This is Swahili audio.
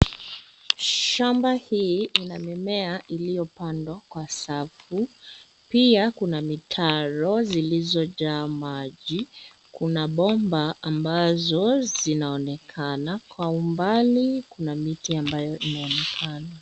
Shamba hii ina mimea iliyopandwa kwa safu, pia kuna mitaro zilizojaa maji kuna pomba ambazo zinaonekana kwa umbali kuna miti ambayo inaonekana.